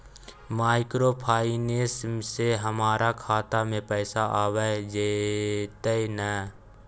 Microfinance से हमारा खाता में पैसा आबय जेतै न?